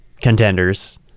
contenders